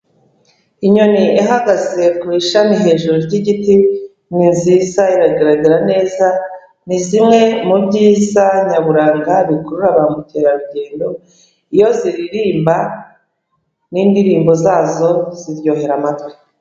Inyoni ihagaze ku ishami hejuru ry'igiti, ni nziza iragaragara neza, ni zimwe mu byiza nyaburanga bikurura ba mukerarugendo, iyo ziririmba n'indirimbo zazo ziryohera amatwi.